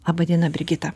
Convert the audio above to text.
laba diena brigita